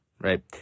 right